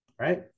right